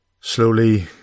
slowly